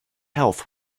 health